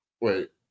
wait